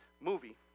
movie